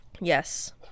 yes